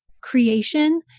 creation